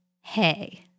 Hey